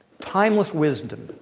timeless wisdom.